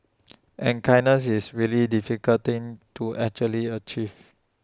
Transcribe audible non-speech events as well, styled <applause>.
<noise> and kindness is really difficult thing to actually achieve